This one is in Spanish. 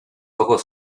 ojos